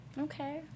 Okay